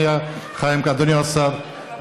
אדוני השר,